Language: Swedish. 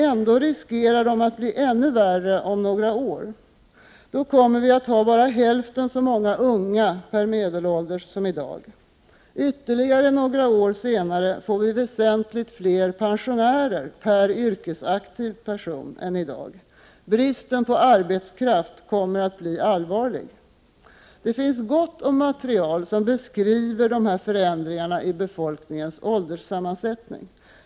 Ändå riskerar de att bli ännu värre om några år. Då kommer vi att ha bara hälften så många unga per medelålders person som vi har nu. Ytterligare några år senare får vi väsentligt fler pensionärer per yrkesaktiv person än i dag. Bristen på arbetskraft kommer att bli allvarlig. Det finns gott om material som beskriver dessa förändringar i befolkningens ålderssammansättning.